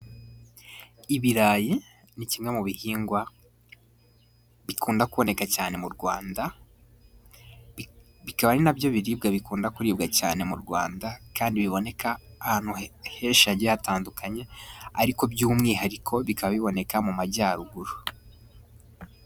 Ibirayi ni kimwe mu bihingwa bikunda kuboneka cyane mu Rwanda, bikaba ari nabyo biribwa bikunda kuribwa cyane mu Rwanda, kandi biboneka ahantu henshi hagiye hatandukanye, ariko by'umwihariko bikaba biboneka mu Majyaruguru.